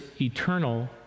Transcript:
eternal